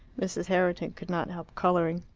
mrs. herriton could not help colouring.